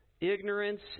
ignorance